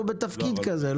או בתפקיד כזה,